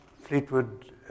Fleetwood